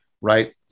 right